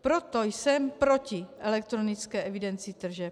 Proto jsem proti elektronické evidenci tržeb.